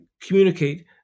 communicate